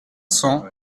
cents